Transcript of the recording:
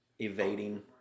evading